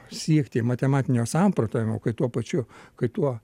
siekti matematinio samprotavimo kai tuo pačiu kai tuo